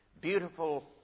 Beautiful